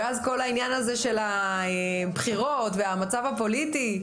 ואז כל העניין הזה של הבחירות והמצב הפוליטי,